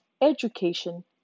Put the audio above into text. education